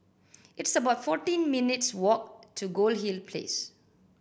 it's about fourteen minutes' walk to Goldhill Place